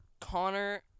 Connor